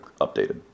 updated